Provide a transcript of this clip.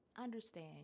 understand